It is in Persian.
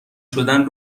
شدن